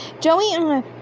Joey